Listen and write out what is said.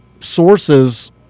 sources